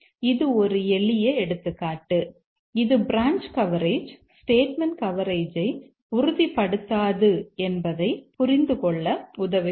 இது ஒரு எளிய எடுத்துக்காட்டு இது பிரான்ச் கவரேஜ் ஸ்டேட்மெண்ட் கவரேஜை உறுதிப்படுத்தாது என்பதை புரிந்துகொள்ள உதவுகிறது